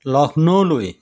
লক্ষ্ণৌলৈ